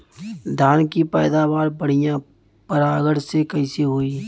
धान की पैदावार बढ़िया परागण से कईसे होई?